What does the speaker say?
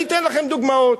אתן לכם דוגמאות.